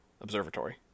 observatory